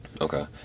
Okay